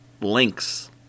links